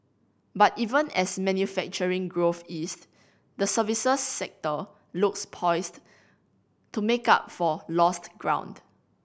but even as manufacturing growth eased the services sector looks poised to make up for lost ground